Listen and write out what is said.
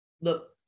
Look